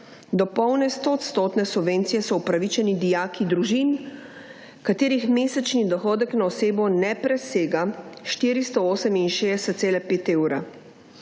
do polne sto odstotne subvencije so upravičeni dijaki družin, katerih mesečni dohodek na osebo ne presega 468,5 evra.